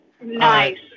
Nice